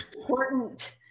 important